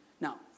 Now